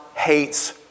Hates